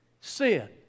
sin